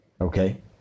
Okay